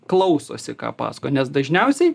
klausosi ką pasakoja nes dažniausiai